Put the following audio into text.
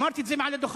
אמרתי את זה מעל הדוכן,